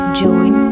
join